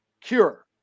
cure